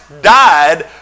died